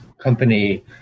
company